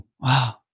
Wow